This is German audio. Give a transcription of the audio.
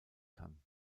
kann